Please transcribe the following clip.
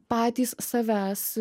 patys savęs